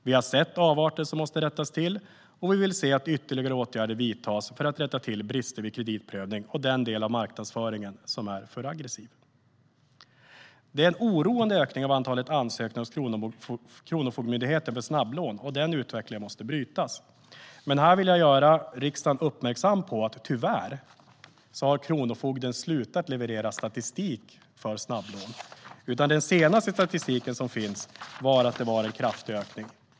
Vi har sett avarter som måste rättas till, och vi vill att ytterligare åtgärder vidtas för att rätta till brister vid kreditprövning och den del av marknadsföringen som är för aggressiv. Det är en oroande ökning av antalet ansökningar hos Kronofogdemyndigheten på grund av snabblån, och den utvecklingen måste brytas. Jag vill dock uppmärksamma riksdagen på att Kronofogdemyndigheten tyvärr har slutat leverera statistik över snabblån. Den senaste statistik som finns visar på en kraftig ökning.